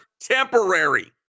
temporary